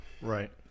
right